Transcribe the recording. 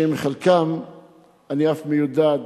שעם חלקם אני אף מיודד,